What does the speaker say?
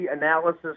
analysis